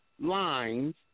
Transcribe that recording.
lines